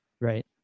Right